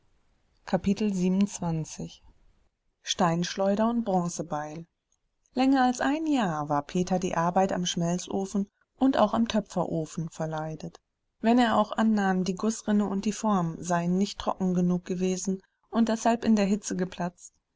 steinschleuder und bronzebeil länger als ein jahr war peter die arbeit am schmelzofen und auch am töpferofen verleidet wenn er auch annahm die gußrinne und die form seien nicht trocken genug gewesen und deshalb in der hitze geplatzt